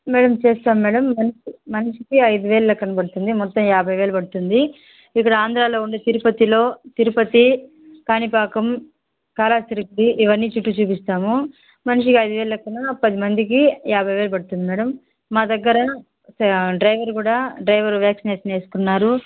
మేం చేస్తాం మేడం మనిషి మనిషికి ఐదు వేలు లెక్కన పడుతుంది మొత్తం యాభై వేలు పడుతుంది ఇక్కడ ఆంధ్రాలో ఉండే తిరుపతిలో తిరుపతి కాణిపాకం కాళహస్తి ఇవన్నీ తిప్పి చూపిస్తాము మనిషికి ఐదు వేలు లెక్కన పదిమందికి యాభై వేలు పడుతుంది మేడం మా దగ్గర డ్రైవర్ కూడా డ్రైవర్ వ్యాక్సినేషన్ వేసుకున్నారు